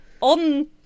on